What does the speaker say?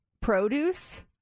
produce